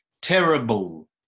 terrible